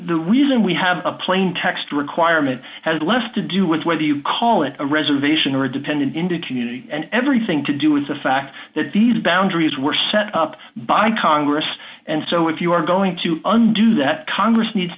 the reason we have a plain text requirement has less to do with whether you call it a reservation or a dependent into communities and everything to do with the fact that these boundaries were set up by congress and so if you're going to undo that congress needs